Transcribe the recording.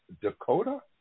Dakota